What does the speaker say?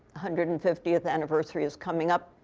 hundred and fiftieth anniversary is coming up.